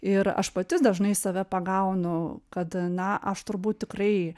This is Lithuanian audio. ir aš pati dažnai save pagaunu kad na aš turbūt tikrai